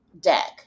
deck